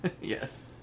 Yes